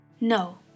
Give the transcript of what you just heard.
No